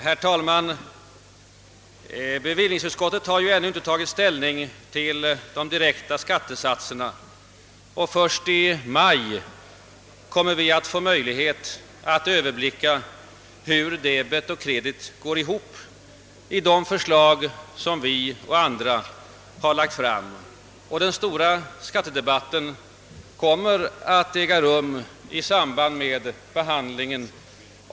Herr talman! Bevillningsutskottet bar ju ännu inte tagit ställning till de di rekta skattesatserna. Först i maj kom-- mer vi att få möjlighet att överblicka hur debet och kredit går ihop i de förslag som vi och andra har lagt fram. Den stora skattedebatten kommer att äga rum i samband med behandlingen.